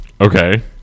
Okay